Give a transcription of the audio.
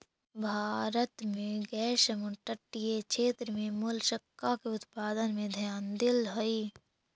भारत में गैर समुद्र तटीय क्षेत्र में मोलस्का के उत्पादन में ध्यान देल जा हई